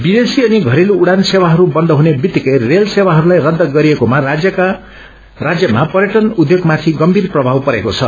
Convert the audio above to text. विदेशी अनि घरेलू उड़ान सेवाहरू बन्द हुने बित्तिकै रेल सेवाहरूलाई रद्द गरिएकोमा राज्यमा पर्यटन उद्योगमाथि गम्भीर प्रभाव परेको छ